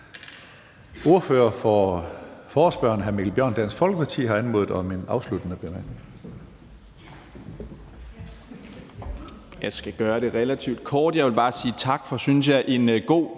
Ordføreren for forespørgerne, hr. Mikkel Bjørn, Dansk Folkeparti, har anmodet om en afsluttende bemærkning.